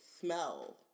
smell